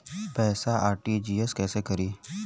पैसा आर.टी.जी.एस कैसे करी?